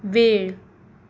वेळ